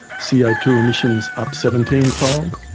c o two emissions up seventeen fold.